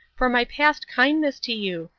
for my past kindness to you,